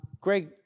Greg